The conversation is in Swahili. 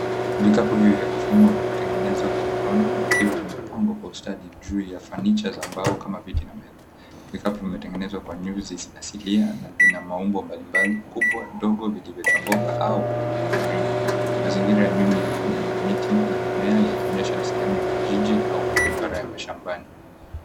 Vikapu vile vya kufuma vimetengenezwa kwa mikono vikiwa vimepangwa kwa ustadi juu ya fanicha za mbao kama viti na meza. Vikapu vimetengenezwa kwa nyuzi asilia na vina maumbo mbalimbali; kubwa, ndogo vilivyochongoka au vyenye mviringo. Mazingira ya nyuma yana miti na mimea yakionyesha ni sehemu ya kijiji au barabara ya mashambani.